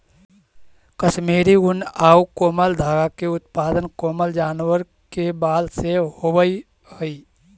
कश्मीरी ऊन आउ कोमल धागा के उत्पादन कोमल जानवर के बाल से होवऽ हइ